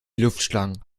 luftschlangen